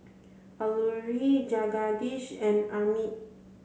Alluri Jagadish and Amit